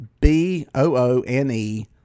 B-O-O-N-E